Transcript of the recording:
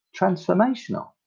transformational